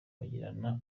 bagirana